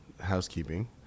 housekeeping